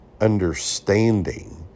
understanding